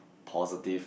positive